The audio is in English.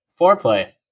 foreplay